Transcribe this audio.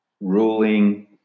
ruling